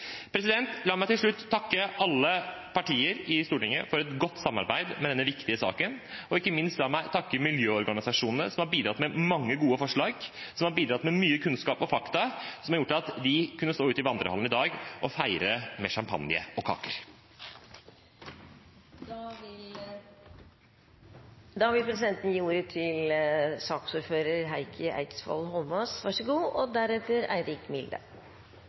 La meg til slutt takke alle partier i Stortinget for et godt samarbeid i denne viktige saken, og la meg ikke minst takke miljøorganisasjonene, som har bidratt med mange gode forslag, mye kunnskap og fakta, som har gjort at de kunne stå ute i vandrehallen i dag og feire med champagne og